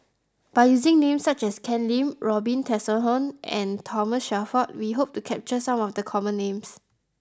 by using names such as Ken Lim Robin Tessensohn and Thomas Shelford we hope to capture some of the common names